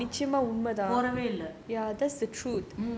போதவே இல்ல:pothavae illa